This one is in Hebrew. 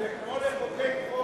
זה כמו לבנות גשר,